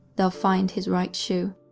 they'll find his right shoe.